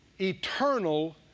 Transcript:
Eternal